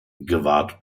gewahrt